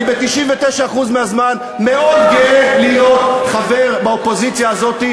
אני ב-99% מהזמן מאוד גאה להיות חבר באופוזיציה הזאת,